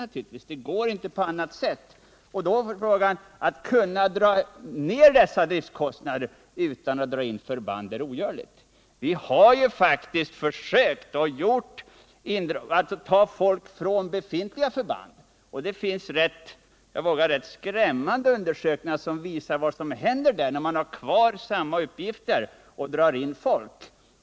Det går inte på annat sätt. Och det är ogörligt att dra ned dessa driftkostnader utan att dra in förband. Vi har faktiskt försökt att ta bort folk från befintliga förband. Det finns, det vågar jag säga, rätt skrämmande undersökningar som visar vad som händer när man har kvar samma uppgifter och drar in folk.